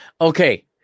Okay